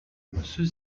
ceux